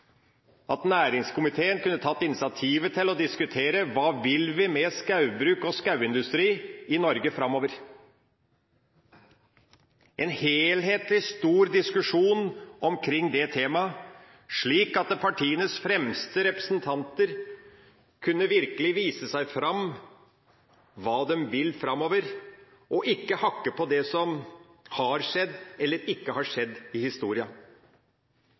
at næringskomiteen kunne tatt initiativ til å diskutere hva vi vil med skogbruk og skogindustri i Norge framover – en helhetlig, stor diskusjon omkring det temaet, slik at partienes fremste representanter virkelig kunne vise seg fram, hva de vil framover, og ikke hakke på det som har skjedd eller ikke har skjedd i